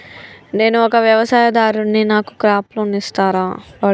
నేను ఒక వ్యవసాయదారుడిని నాకు క్రాప్ లోన్ ఇస్తారా?